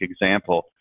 example